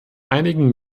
einigen